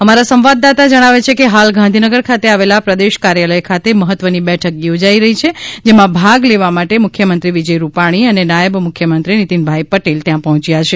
અમારા સંવાદદાતા જણાવે છે કે હાલ ગાંધીનગર ખાતે આવેલા પ્રદેશ કાર્યાલય ખાતે મહત્વની બેઠક યોજાઇ છે જેમાં ભાગ લેવા માટે મુખ્યમંત્રી વિજય રૂપાણી અને નાયબ મુખ્યમંત્રી નિતિનભાઈ પટેલ ત્યાં પહોચ્યા છે